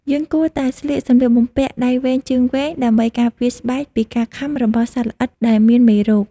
យើងគួរតែស្លៀកសម្លៀកបំពាក់ដៃវែងជើងវែងដើម្បីការពារស្បែកពីការខាំរបស់សត្វល្អិតដែលមានមេរោគ។